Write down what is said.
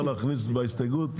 אתה לא יכול להכניס כל דבר בהסתייגות.